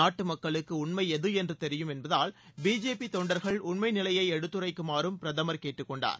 நாட்டு மக்களுக்கு உண்மை எது என்று தெரியும் என்பதால் பிஜேபி தொண்டர்கள் உண்மை நிலையை எடுத்துரைக்குமாறும் பிரதமர் கேட்டுக்கொண்டார்